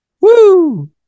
Woo